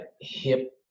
hip